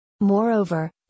Moreover